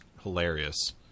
hilarious